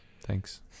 Thanks